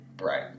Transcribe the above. right